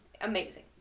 Amazing